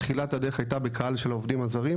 תחילת הדרך הייתה בקהל של העובדים הזרים.